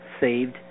saved